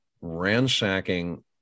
ransacking